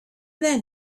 then